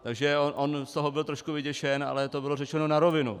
Takže on z toho byl trošku vyděšen, ale to bylo řečeno na rovinu.